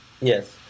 yes